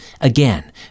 Again